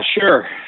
sure